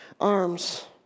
arms